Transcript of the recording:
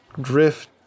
drift